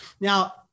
Now